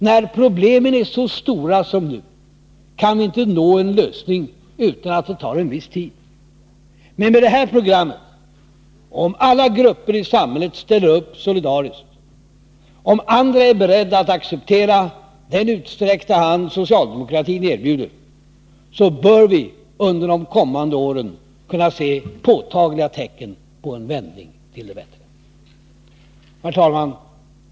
När problemen är så stora som nu, kan vi inte nå en lösning utan att det tar en viss tid. Men med det här programmet och om alla grupper i samhället ställer upp solidariskt, om andra är beredda att acceptera den utsträckta hand socialdemokratin erbjuder, så bör vi under de kommande åren kunna se påtagliga tecken på en vändning till det bättre. Herr talman!